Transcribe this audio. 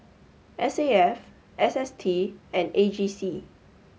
S A F S S T and A G C